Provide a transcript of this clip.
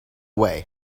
way